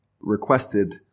requested